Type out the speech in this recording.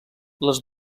les